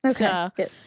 Okay